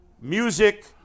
music